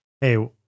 hey